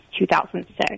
2006